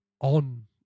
on